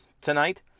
tonight